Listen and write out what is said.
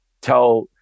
tell